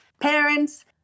parents